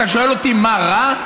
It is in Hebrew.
אתה שואל אותי מה רע?